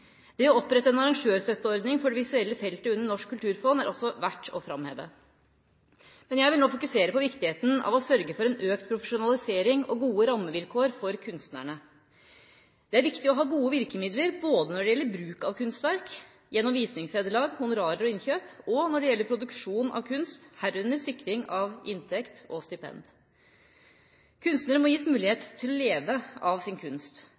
Det å opprette en arrangørstøtteordning for det visuelle feltet under Norsk kulturfond er også verdt å framheve. Jeg vil nå fokusere på viktigheten av å sørge for en økt profesjonalisering og gode rammevilkår for kunstnerne. Det er viktig å ha gode virkemidler både når det gjelder bruk av kunstverk – gjennom visningsvederlag, honorarer og innkjøp – og når det gjelder produksjon av kunst, herunder sikring av inntekt og stipend. Kunstnere må gis mulighet til å leve av sin kunst.